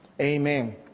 Amen